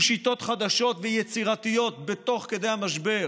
שיטות חדשות ויצירתיות תוך כדי המשבר.